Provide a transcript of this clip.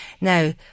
Now